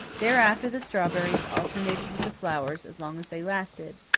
thereafter the strawberries alternated with the flowers as long as they lasted,